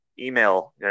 Email